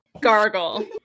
gargle